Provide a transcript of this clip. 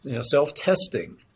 self-testing